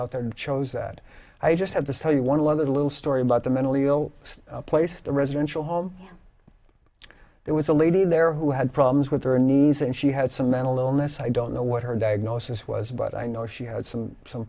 out there that shows that i just had to tell you one other little story about the mentally ill placed a residential home there was a lady there who had problems with her knees and she had some mental illness i don't know what her diagnosis was but i know she had some some